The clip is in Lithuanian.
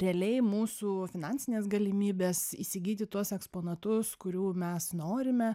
realiai mūsų finansinės galimybės įsigyti tuos eksponatus kurių mes norime